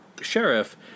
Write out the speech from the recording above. sheriff